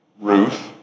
Ruth